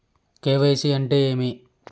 KYC అంటే ఏమి?